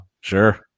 sure